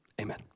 amen